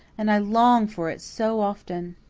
and i long for it so often.